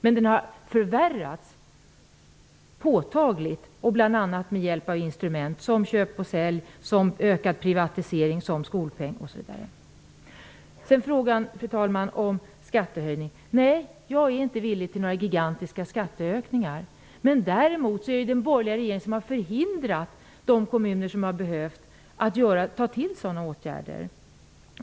Men den har förvärrats påtagligt, bl.a. med hjälp av instrument som köp-och-sälj, ökad privatisering, skolpeng, osv. Fru talman! Nej, jag är inte villig att göra gigantiska skattehöjningar. Däremot har den borgerliga regeringen förhindrat de kommuner som har behövt göra det att ta till sådana åtgärder.